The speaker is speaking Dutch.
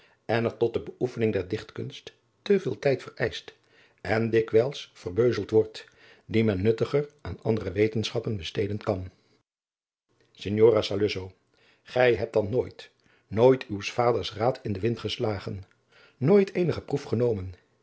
en er tot de beoefening der dichtkunst te veel tijd vereischt en dikwijls verbeuzeld wordt dien men nuttiger aan andere wetenschappen besteden kan signora saluzzo gij hebt dan nooit nooit uws vaders raad in den wind geslagen nooit eenige proef genomen